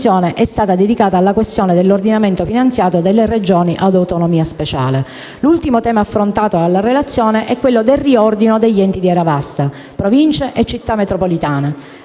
attenzione è stata dedicata alla questione dell'ordinamento finanziario delle Regioni ad autonomia speciale. L'ultimo tema affrontato dalla relazione è quello del riordino degli enti di area vasta: Province e Città metropolitane.